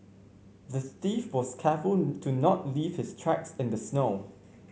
the thief was careful to not leave his tracks in the snow